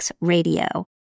Radio